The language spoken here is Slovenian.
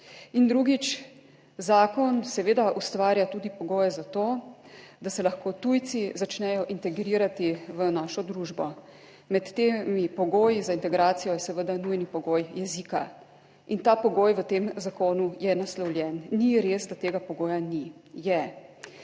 In drugič, zakon seveda ustvarja tudi pogoje za to, da se lahko tujci začnejo integrirati v našo družbo. Med temi pogoji za integracijo je seveda nujni pogoj jezika. In ta pogoj v tem zakonu je naslovljen. Ni res, da tega pogoja ni. Je.